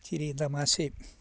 ചിരിയും തമാശയും